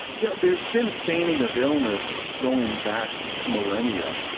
you know, there's been feigning of illness going back millennia.